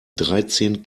dreizehn